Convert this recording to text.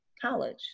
college